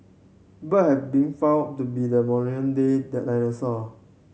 bird have been found to be the day dinosaur